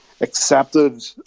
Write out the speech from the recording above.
accepted